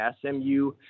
SMU